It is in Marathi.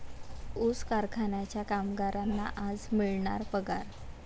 ऊस कारखान्याच्या कामगारांना आज मिळणार पगार